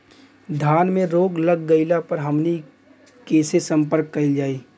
धान में रोग लग गईला पर हमनी के से संपर्क कईल जाई?